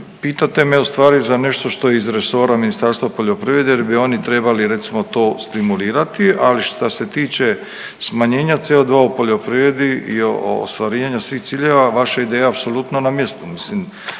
Pitate me ustvari za nešto što je iz resora Ministarstva poljoprivrede jer bi oni trebali recimo to stimulirati, ali šta se tiče smanjenja CO2 u poljoprivredi i ostvarivanja svih ciljeva vaša ideja je apsolutno na mjestu.